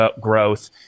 growth